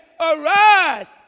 Arise